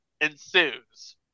ensues